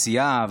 העשייה,